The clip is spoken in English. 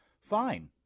Fine